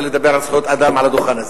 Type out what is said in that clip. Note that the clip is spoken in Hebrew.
לדבר על זכויות אדם על הדוכן הזה.